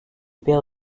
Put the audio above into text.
père